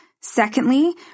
Secondly